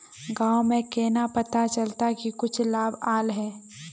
गाँव में केना पता चलता की कुछ लाभ आल है?